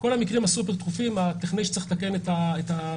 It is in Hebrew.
כל המקרים הסופר דחופים: הטכנאי שצריך לתקן את הטורבינה